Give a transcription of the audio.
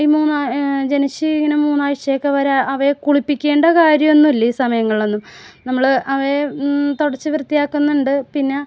ഈ മൂന്ന് ജനിച്ച് വീണ് ഒര് മൂന്നാഴ്ച്ചയൊക്കെ അവയെ കുളിപ്പിക്കേണ്ട കാര്യമൊന്നുമില്ല ഈ സമയങ്ങളൊന്നും നമ്മള് അവയെ തുടച്ചു വൃത്തിയാക്കുന്നുണ്ട് പിന്നെ